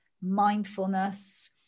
mindfulness